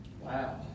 Wow